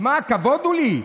שמע, כבוד הוא לי.